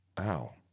Ow